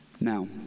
Now